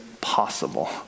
possible